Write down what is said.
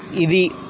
ఇది